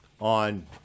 on